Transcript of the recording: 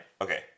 okay